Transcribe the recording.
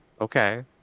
Okay